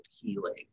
healing